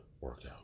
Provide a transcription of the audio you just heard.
workout